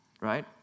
right